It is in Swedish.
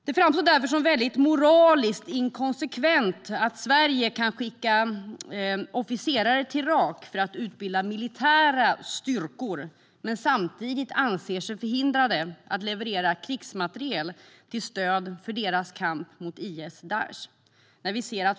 Det framstår därför som moraliskt inkonsekvent att Sverige kan skicka officerare till Irak för att utbilda militära styrkor men att vi samtidigt anser oss vara förhindrade att leverera krigsmateriel till stöd för deras kamp mot Daish/IS.